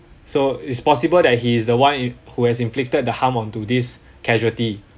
so it's possible that he is the one who has inflicted the harm onto this casualty